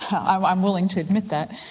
i'm i'm willing to admit that,